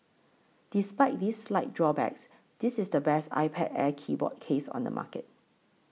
despite these slight drawbacks this is the best iPad Air keyboard case on the market